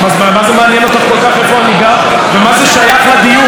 מה זה מעניין אותך כל כך איפה אני גר ומה זה שייך לדיון?